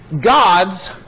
gods